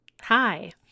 Hi